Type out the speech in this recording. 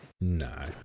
No